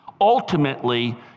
ultimately